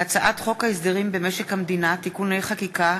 הצעת חוק הסדרים במשק המדינה (תיקוני חקיקה